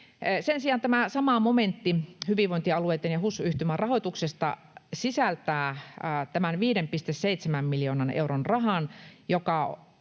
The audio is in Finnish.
Sen sijaan tämä sama momentti hyvinvointialueitten ja HUS-yhtymän rahoituksesta sisältää 5,7 miljoonan euron rahan,